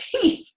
teeth